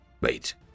Wait